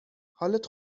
حالت